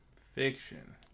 Fiction